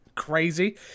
crazy